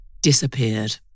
disappeared